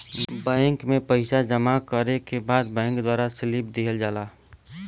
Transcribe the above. bank में पइसा जमा करे के बाद बैंक द्वारा स्लिप दिहल जाला